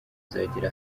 uzagera